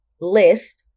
list